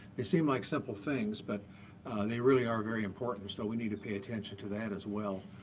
they seem like simple things, but they really are very important. so we need to pay attention to that as well.